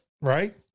right